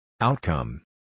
Outcome